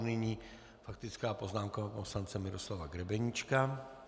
Nyní faktická poznámka poslance Miroslava Grebeníčka.